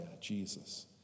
Jesus